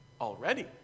already